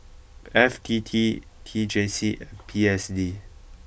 F T T T J C and P S D